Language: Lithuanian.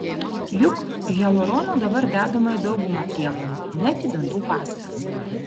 juk hialurono dabar dedama į daugumą priemonių net į dantų pastą